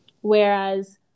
Whereas